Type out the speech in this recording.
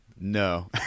No